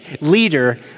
leader